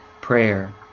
prayer